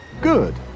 Good